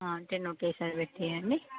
ten ఒకేసారి పెట్టేయండి